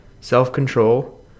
self-control